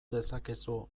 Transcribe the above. dezakezu